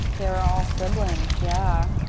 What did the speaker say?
they are all siblings, yeah.